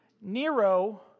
Nero